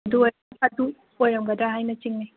ꯑꯗꯨ ꯑꯗꯨ ꯑꯣꯏꯔꯝꯒꯗ꯭ꯔ ꯍꯥꯏꯅ ꯆꯤꯡꯅꯩ